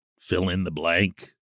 fill-in-the-blank